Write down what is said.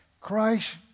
Christ